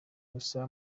gusa